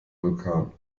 vulkan